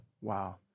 Wow